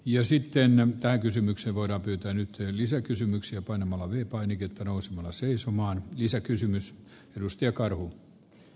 ja sitten pääkysymyksen voidaan pyytänyt lisäkysymyksiä paino malawi painiketta nousemalla seisomaan lisäkysymys viikossa